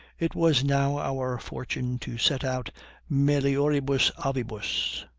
it was now our fortune to set out melioribus avibus.